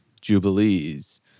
Jubilees